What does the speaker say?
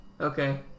Okay